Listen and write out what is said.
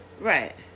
Right